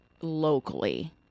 locally